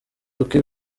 uko